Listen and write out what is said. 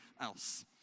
else